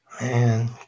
Man